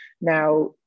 Now